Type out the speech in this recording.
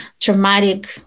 traumatic